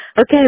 okay